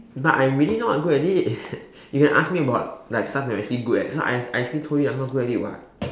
but I'm really not good at it you can ask me about like stuff I'm actually good at so I I actually told you I'm not good at it [what]